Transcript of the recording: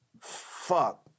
Fuck